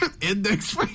Index